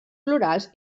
florals